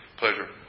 Pleasure